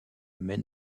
mène